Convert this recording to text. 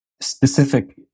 specific